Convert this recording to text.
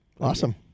Awesome